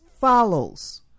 follows